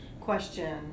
question